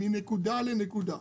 מנקודה לנקודה.